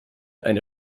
eine